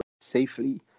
safely